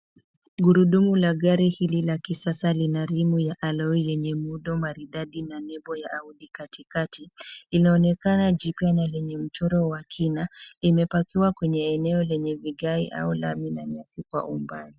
Gurudumu la gari hili la kisasa lina rimu ya alloy lenye muundo maridadi na nembo ya audi katikati. Linaonekana jipya na lenye mchoro wa kina. Limepakiwa kwenye eneo lenye vigae au lami na nyasi kwa umbali.